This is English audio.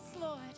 Lord